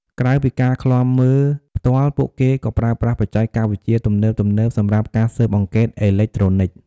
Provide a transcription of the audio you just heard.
ក្រៅពីការឃ្លាំមើលផ្ទាល់ ពួកគេក៏ប្រើប្រាស់បច្ចេកវិទ្យាទំនើបៗសម្រាប់ការស៊ើបអង្កេតអេឡិចត្រូនិក។